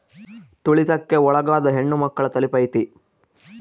ತುಳಿತಕ್ಕೆ ಒಳಗಾದ ಹೆಣ್ಮಕ್ಳು ನ ತಲುಪೈತಿ